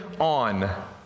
on